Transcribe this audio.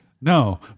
No